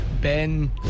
Ben